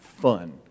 fun